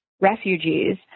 refugees